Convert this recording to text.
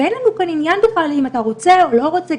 ואין לנו כאן עניין בכלל אם אתה רוצה או לא רוצה,